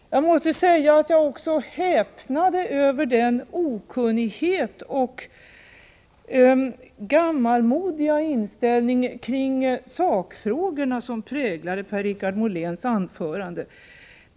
Jag måste också säga att jag häpnade över den okunnighet om och den gammalmodiga inställning till sakfrågorna som präglade Per-Richard Moléns anförande.